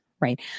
right